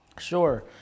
Sure